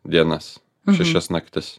dienas šešias naktis